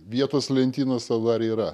vietos lentynose dar yra